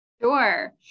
Sure